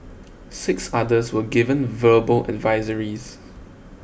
six others were given verbal advisories